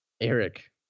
Eric